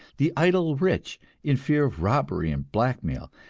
the idle rich in fear of robbery and blackmail,